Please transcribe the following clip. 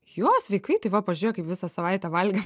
jo sveikai tai va pažiūrėk kaip visą savaitę valgėm